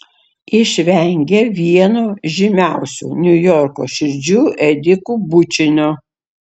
išvengė vieno žymiausių niujorko širdžių ėdikų bučinio